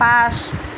পাঁচ